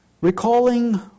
Recalling